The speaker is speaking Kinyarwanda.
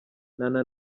nana